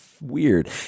Weird